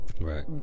Right